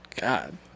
god